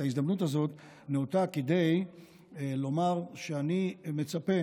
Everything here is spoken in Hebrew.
את ההזדמנות הזאת נאותה כדי לומר שאני מצפה